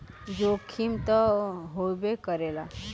जोखिम त होबे करेला